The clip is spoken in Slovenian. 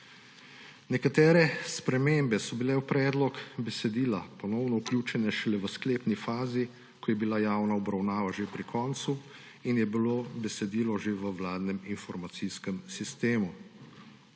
Nekatere spremembe so bile v predlog besedila ponovno vključene šele v sklepni fazi, ko je bila javna obravnava že pri koncu in je bilo besedilo že v vladnem informacijskem sistemu.